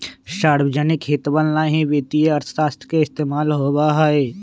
सार्वजनिक हितवन ला ही वित्तीय अर्थशास्त्र के इस्तेमाल होबा हई